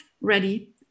ready